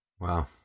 wow